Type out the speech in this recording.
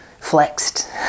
flexed